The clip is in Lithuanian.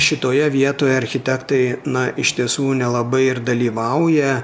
šitoje vietoje architektai na iš tiesų nelabai ir dalyvauja